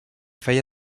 feia